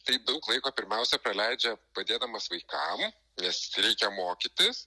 tai daug laiko pirmiausia praleidžia padėdamas vaikam nes reikia mokytis